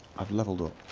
i've leveld up